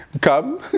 come